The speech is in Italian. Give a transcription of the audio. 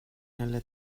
nelle